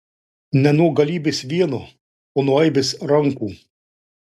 ne nuo galybės vieno o nuo aibės rankų